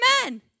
Amen